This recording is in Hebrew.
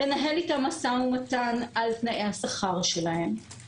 לנהל אתם משא-ומתן על תנאי השכר שלהם,